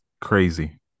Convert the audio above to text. crazy